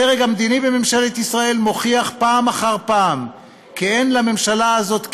הדרג המדיני בממשלת ישראל מוכיח פעם אחר פעם כי אין לממשלה הזאת כיוון,